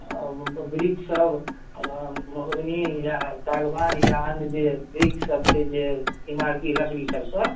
वृक्षसभ mahogany या सागवान या अन्य जे वृक्षसभ छै जे इमारती लकड़ी सभके